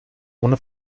ohne